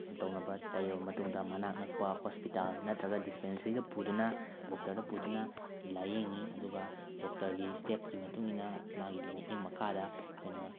ꯍꯟꯇꯣꯛꯅꯕ ꯇꯩꯔꯕ ꯃꯇꯨꯡꯗ ꯃꯅꯥꯛ ꯅꯛꯄ ꯍꯣꯁꯄꯤꯇꯥꯜ ꯅꯠꯇ꯭ꯔꯒ ꯗꯤꯁꯄꯦꯟꯁꯔꯤꯗ ꯄꯨꯗꯨꯅ ꯗꯣꯛꯇꯔꯗ ꯄꯨꯗꯨꯅ ꯂꯥꯏꯌꯦꯡꯏ ꯑꯗꯨꯒ ꯗꯣꯛꯇꯔꯒꯤ ꯁ꯭ꯇꯦꯞꯀꯤ ꯃꯇꯨꯡ ꯏꯟꯅ ꯃꯥꯒꯤ ꯃꯤꯠꯌꯦꯡ ꯃꯈꯥꯗ ꯑꯩꯈꯣꯏꯅ